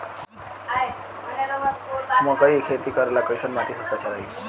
मकई के खेती करेला कैसन माटी सबसे अच्छा रही?